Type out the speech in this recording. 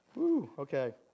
Okay